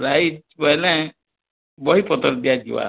prize କହିଁଲେ ବହିପତ୍ର ଦିଆଯିବା